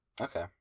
okay